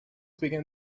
began